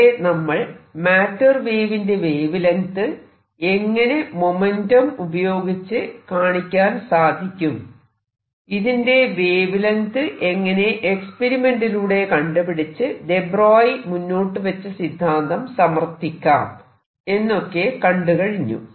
ഇവിടെ നമ്മൾ മാറ്റർ വേവിന്റെ വേവ് ലെങ്ത് എങ്ങനെ മൊമെന്റം ഉപയോഗിച്ച് കാണിക്കാൻ സാധിക്കും ഇതിന്റെ വേവ് ലെങ്ത് എങ്ങനെ എക്സ്പെരിമെന്റിലൂടെ കണ്ടുപിടിച്ച് ദെ ബ്രോയി മുന്നോട്ടു വെച്ച സിദ്ധാന്തം സമർത്ഥിക്കാം എന്നൊക്കെ കണ്ടുകഴിഞ്ഞു